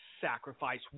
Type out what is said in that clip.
sacrifice